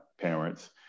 parents